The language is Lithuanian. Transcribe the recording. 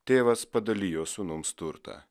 tėvas padalijo sūnums turtą